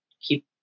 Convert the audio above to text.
keep